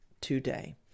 today